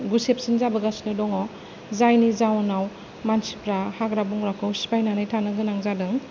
गुसेबसिन जाबोगासिनो दङ जायनि जाउनाव मानसिफोरा हाग्रा बंग्राखौ सिफायनानै थानो गोनां जादों